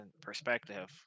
perspective